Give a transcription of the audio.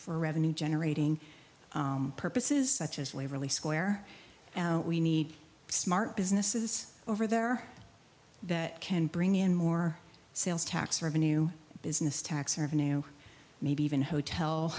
for revenue generating purposes such as waverly square we need smart businesses over there that can bring in more sales tax revenue business tax revenue maybe even hotel